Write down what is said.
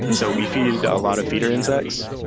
and so we feed a lot of feeder insects.